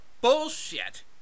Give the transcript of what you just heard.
bullshit